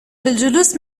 بالجلوس